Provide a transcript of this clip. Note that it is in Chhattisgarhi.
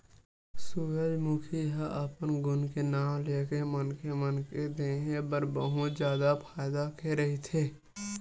सूरजमूखी ह अपन गुन के नांव लेके मनखे मन के देहे बर बहुत जादा फायदा के रहिथे